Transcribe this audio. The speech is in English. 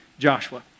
Joshua